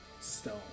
stone